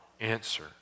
answer